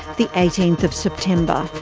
the eighteenth of september.